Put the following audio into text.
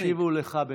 ישיבו לך בנפרד.